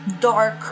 dark